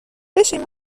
بشین